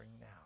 now